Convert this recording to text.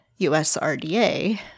USRDA